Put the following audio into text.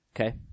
Okay